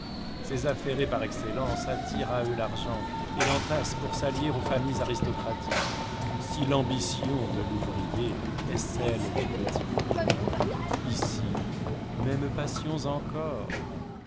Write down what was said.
ces affairés par excellence attirent à eux l'argent et l'entassent pour s'allier aux familles aristocratiques si l'ambition de l'ouvrier est celle du petit bourgeois ici mêmes passions encore